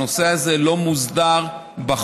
הנושא הזה לא מוסדר בחוק,